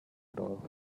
doll